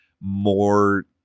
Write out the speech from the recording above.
more